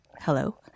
hello